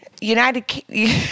United